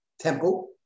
temple